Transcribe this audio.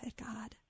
God